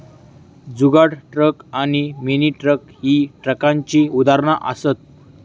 जुगाड truck आणि mini truck ही ट्रकाची उदाहरणा असत